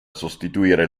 sostituire